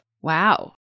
Wow